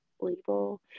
label